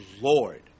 Lord